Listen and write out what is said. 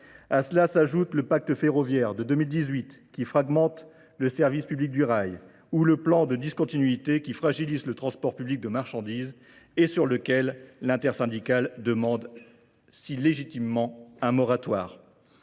A cela s'ajoute le pacte ferroviaire de 2018 qui fragmente le service public du rail ou le plan de discontinuité qui fragilise le transport public de marchandises et sur lequel l'inter-syndical demande si légitimement un moratoire.